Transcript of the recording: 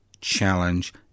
challenge